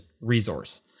resource